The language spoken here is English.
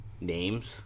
names